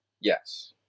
Yes